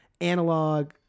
analog